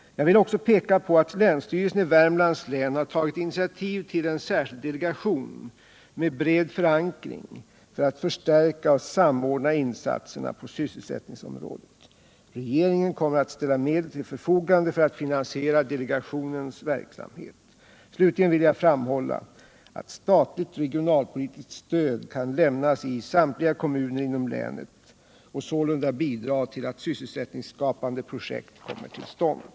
Jag vill också peka på att länsstyrelsen i Värmlands län har tagit initiativ till en särskild delegation med bred förankring för att förstärka och samordna insatserna på sysselsättningsområdet. Regeringen kommer att ställa medel till förfogande för att finansiera delegationens verksamhet. Slutligen vill jag framhålla att statligt regionalpolitiskt stöd kan lämnas i samtliga kommuner inom länet och sålunda bidra till att sysselsättningsskapande projekt kommer till stånd.